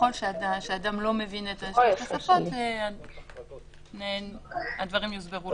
שככל שאדם לא מבין את השפה, הדברים יוסברו לו.